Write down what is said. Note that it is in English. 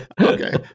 Okay